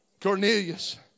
Cornelius